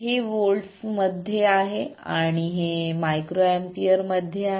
हे व्होल्ट्स मध्ये आहे आणि हे µA मध्ये आहे